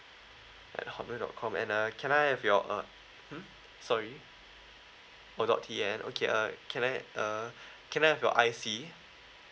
at hotmail dot com and uh can I have your uh mm sorry oh dot T N okay uh can I uh can I have your I_C